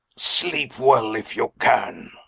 sleep well if you can.